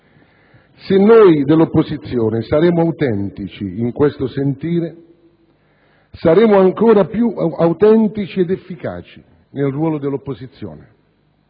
Se noi dell'opposizione saremo autentici in questo sentire saremo ancora più autentici ed efficaci nel ruolo dell'opposizione,